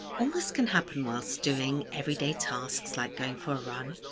all this can happen whilst doing everyday tasks like going for a run,